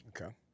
Okay